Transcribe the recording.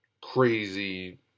crazy